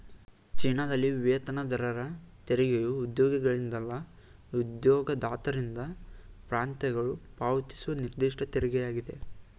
ಚೀನಾದಲ್ಲಿ ವೇತನದಾರರ ತೆರಿಗೆಯು ಉದ್ಯೋಗಿಗಳಿಂದಲ್ಲ ಉದ್ಯೋಗದಾತರಿಂದ ಪ್ರಾಂತ್ಯಗಳು ಪಾವತಿಸುವ ನಿರ್ದಿಷ್ಟ ತೆರಿಗೆಯಾಗಿದೆ